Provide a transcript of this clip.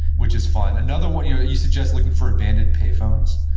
which is fun. another one, you you suggest looking for abandoned payphones,